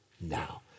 now